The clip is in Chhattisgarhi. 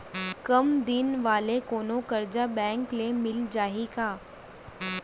कम दिन वाले कोनो करजा बैंक ले मिलिस जाही का?